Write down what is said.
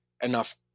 enough